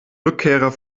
rückkehrer